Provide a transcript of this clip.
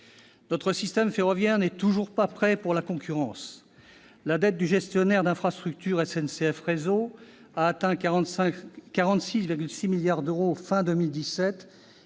Notre système ferroviaire n'est toujours pas prêt pour la concurrence. La dette du gestionnaire d'infrastructure, SNCF Réseau, a atteint 46,6 milliards d'euros à la